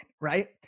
Right